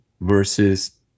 versus